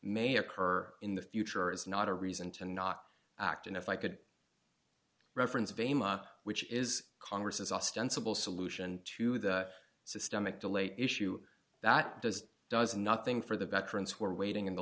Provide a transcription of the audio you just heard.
may occur in the future is not a reason to not act and if i could reference of a mop which is congress ostensible solution to the systemic delay issue that does does nothing for the veterans who are waiting in the